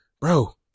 Bro